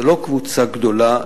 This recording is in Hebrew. זו לא קבוצה גדולה.